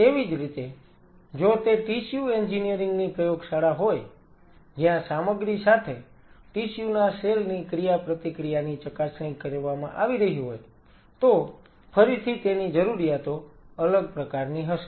તેવી જ રીતે જો તે ટિશ્યુ એન્જિનિયરિંગ ની પ્રયોગશાળા હોય જ્યાં સામગ્રી સાથે ટિશ્યુ ના સેલ ની ક્રિયાપ્રતિક્રિયાની ચકાસણી કરવામાં આવી રહી હોય તો ફરીથી તેની જરૂરીયાતો અલગ પ્રકારની હશે